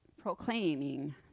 proclaiming